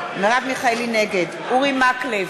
נגד אורי מקלב,